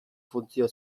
funtzio